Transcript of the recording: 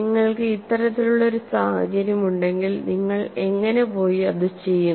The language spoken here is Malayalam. നിങ്ങൾക്ക് ഇത്തരത്തിലുള്ള ഒരു സാഹചര്യം ഉണ്ടെങ്കിൽ നിങ്ങൾ എങ്ങനെ പോയി അത് ചെയ്യും